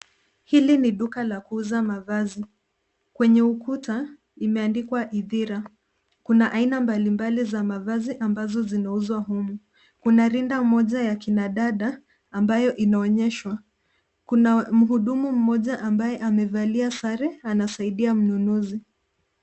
Hili ni duka la kuuza mavazi. Kwenye ukuta imeandikwa Ithira. Kuna aina mbalimbali za mavazi ambazo zinauzwa humu. Kuna rinda moja ya kina dada ambayo inaonyeshwa. Kuna mhudumu mmoja amevalia sare anasaidia mnunuzi.